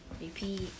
repeat